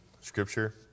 scripture